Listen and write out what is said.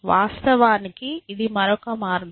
వాస్తవానికి ఇది మరొక మార్గం